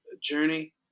journey